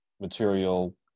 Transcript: material